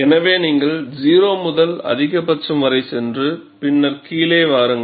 எனவே நீங்கள் 0 முதல் அதிகபட்சம் வரை சென்று பின்னர் கீழே வாருங்கள்